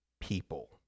people